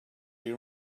they